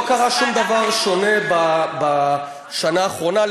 לא קרה שום דבר שונה בשנה האחרונה,